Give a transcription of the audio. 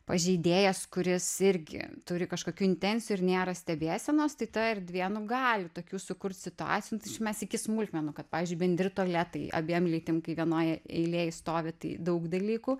pažeidėjas kuris irgi turi kažkokių intencijų ir nėra stebėsenos tai ta erdvė nu gali tokių sukurt situacijų tai čia mes iki smulkmenų kad pavyzdžiui bendri tualetai abiem lytim kai vienoj eilėj stovi tai daug dalykų